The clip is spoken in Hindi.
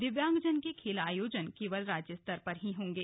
दिव्यांगजन के खेल आयोजन केवल राज्य स्तर पर होंगे